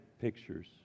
pictures